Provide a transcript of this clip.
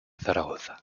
zaragoza